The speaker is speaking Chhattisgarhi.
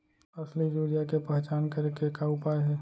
असली यूरिया के पहचान करे के का उपाय हे?